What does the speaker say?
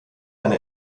eine